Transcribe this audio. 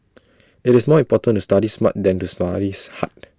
IT is more important to study smart than to studies hard